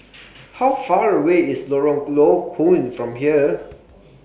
How Far away IS Lorong Low Koon from here